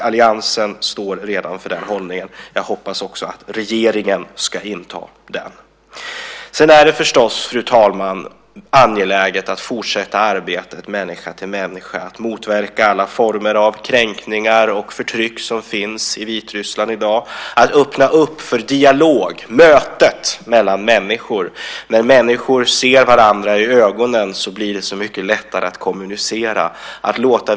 Alliansen står redan för den hållningen. Jag hoppas att även regeringen ska inta den. Sedan är det förstås, fru talman, angeläget att fortsätta människa-till-människa-arbetet, att motverka alla former av kränkningar och förtryck som finns i Vitryssland i dag, att öppna upp för dialogen, mötet, mellan människor. När människor ser varandra i ögonen blir det mycket lättare att kommunicera.